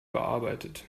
bearbeitet